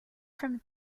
from